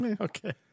Okay